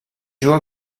juga